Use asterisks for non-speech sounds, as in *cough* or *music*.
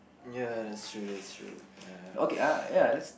ya that's true that's true ya *noise*